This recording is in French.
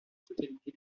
totalité